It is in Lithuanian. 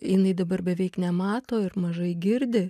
jinai dabar beveik nemato ir mažai girdi